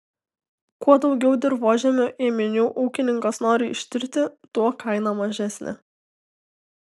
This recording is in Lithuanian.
kuo daugiau dirvožemio ėminių ūkininkas nori ištirti tuo kaina mažesnė